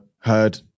heard